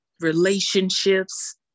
relationships